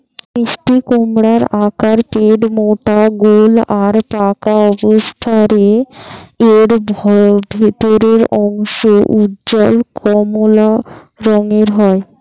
মিষ্টিকুমড়োর আকার পেটমোটা গোল আর পাকা অবস্থারে এর ভিতরের অংশ উজ্জ্বল কমলা রঙের হয়